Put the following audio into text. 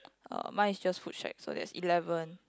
uh mine is just food shack so there's eleven